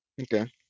Okay